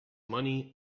money